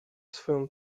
swoją